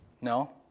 No